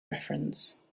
reference